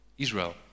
Israel